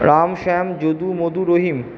Ram Shyam Jadu Madhu Rahim